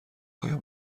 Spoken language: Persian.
هایم